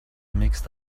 mixed